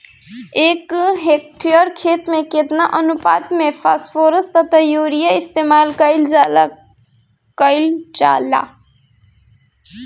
एक हेक्टयर खेत में केतना अनुपात में फासफोरस तथा यूरीया इस्तेमाल कईल जाला कईल जाला?